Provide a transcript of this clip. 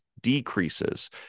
decreases